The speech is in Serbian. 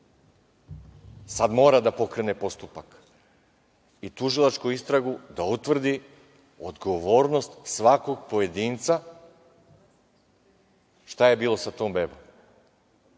Sad mora da pokrene postupak i tužilačku istragu da utvrdi, odgovornost svakog pojedinca šta je bilo sa tom bebom,